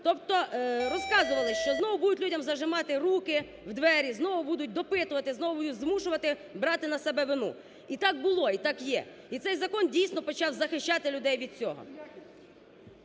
Тобто, розказували, що знову будять людям зажимати руки в двері, знову будуть допитувати, знову змушувати брати на себе вину, і так було, і так є. І цей закон дійсно почав захищати людей від цього…